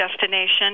destination